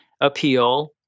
appeal